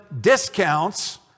discounts